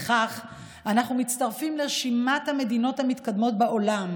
בכך אנחנו מצטרפים לרשימת המדינות המתקדמות בעולם,